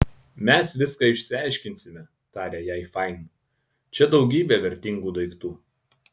mes viską išsiaiškinsime tarė jai fain čia daugybė vertingų daiktų